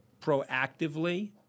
proactively